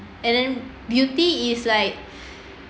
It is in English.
and then beauty is like